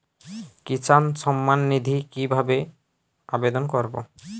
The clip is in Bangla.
কিষান সম্মাননিধি কিভাবে আবেদন করব?